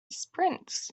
sprints